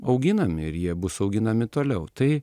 auginami ir jie bus auginami toliau tai